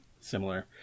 similar